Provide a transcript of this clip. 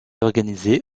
organisé